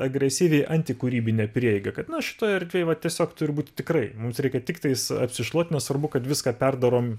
agresyviai antikūrybinę prieigą kad na šitoj erdvėj vat tiesiog turbūt tikrai mums reikia tiktais apsišluot nesvarbu kad viską perdarom